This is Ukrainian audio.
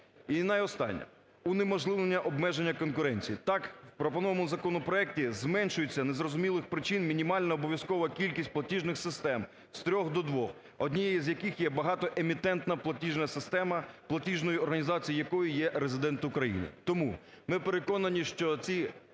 І найостаннє, унеможливлення обмеження конкуренції. Так, в пропонованому законопроекті зменшується з незрозумілих причин мінімальна обов'язкова кількість платіжних систем з трьох до двох, однією з яких є багатоемітентна платіжна система, платіжною організацією якої є резидент України. Тому ми переконані, що ці